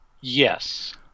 Yes